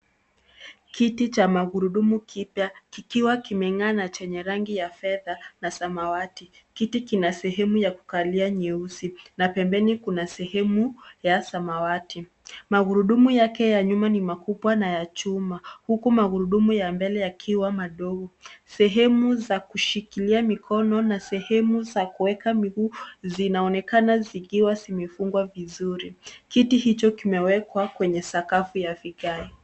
Kiti cha magurudumu kipya, kikiwa kimeng'aa na chenye rangi ya fedha na samawati. Kiti kina sehemu ya kukalia nyeusi, na pembeni kuna sehemu ya samawati. Magurudumu yake ya nyuma ni makubwa na ya chuma, huku magurudumu ya mbele yakiwa madogo. Sehemu za kushikilia mikono na sehemu za kuweka miguu zinaonekana zikiwa zimefungwa vizuri. Kiti hicho kimewekwa kwenye sakafu ya vigae.